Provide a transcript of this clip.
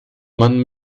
man